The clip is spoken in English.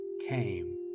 came